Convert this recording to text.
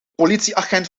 politieagent